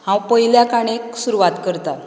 हांव पयल्या काणयेक सुरवात करतां